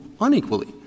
unequally